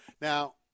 Now